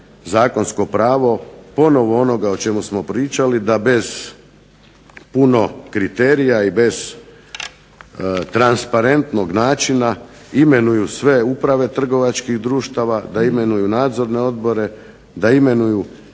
zakonsko pravo ponovno onoga o čemu smo pričali da bez puno kriterija i bez transparentnog načina imenuju sve uprave trgovačkih društava, da imenuju nadzorne odbore, da imenuju